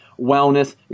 Wellness